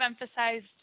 emphasized